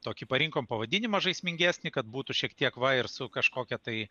tokį parinkom pavadinimą žaismingesnį kad būtų šiek tiek va ir su kažkokia tai